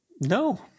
no